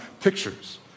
pictures